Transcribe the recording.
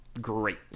Great